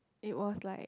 it was like